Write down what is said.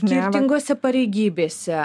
skirtingose pareigybėse